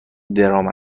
درام